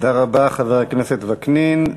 תודה רבה, חבר הכנסת וקנין.